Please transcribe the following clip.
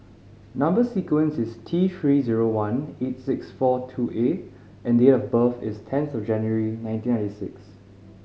number sequence is T Three zero one eight six four two A and date of birth is tenth January nineteen ninety six